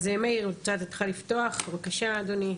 אז מאיר, אני רוצה לתת לך לפתוח, בבקשה אדוני.